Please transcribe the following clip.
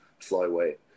flyweight